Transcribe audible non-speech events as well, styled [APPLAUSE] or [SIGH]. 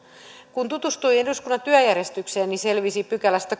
kun tutustuin eduskunnan työjärjestykseen niin selvisi kolmannestakymmenennestäkahdeksannesta pykälästä [UNINTELLIGIBLE]